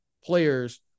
players